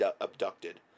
abducted